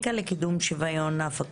שמי מיה לי,